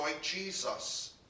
Jesus